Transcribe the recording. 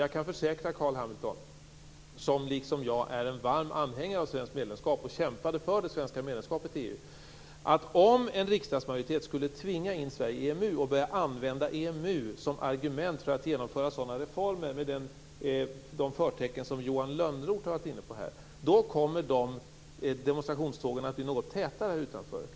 Jag kan försäkra Carl B Hamilton, som liksom jag är en varm anhängare av svenskt medlemskap och kämpade för det svenska medlemskapet i EU, att om en riksdagsmajoritet skulle tvinga in Sverige i EMU och börja använda EMU som argument för att genomföra reformer med de förtecken som Johan Lönnroth här har varit inne på, kommer demonstrationstågen här utanför att bli något tätare.